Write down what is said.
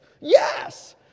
Yes